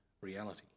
reality